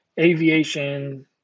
aviation